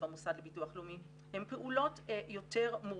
במוסד לביטוח לאומי הן פעולות יותר מורכבות.